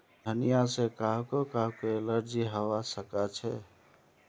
धनिया से काहको काहको एलर्जी हावा सकअछे